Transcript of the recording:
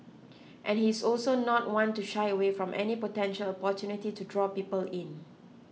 and he is also not one to shy away from any potential opportunity to draw people in